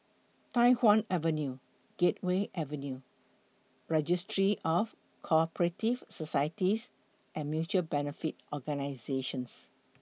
Tai Hwan Avenue Gateway Avenue Registry of Co Operative Societies and Mutual Benefit Organisations